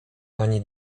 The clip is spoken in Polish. ani